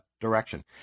direction